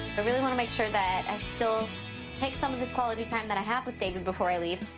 i really want to make sure that i still take some of this quality time that i have with david before i leave,